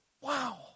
wow